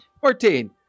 Fourteen